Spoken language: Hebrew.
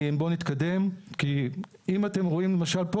אם אתם רואים למשל פה,